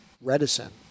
reticent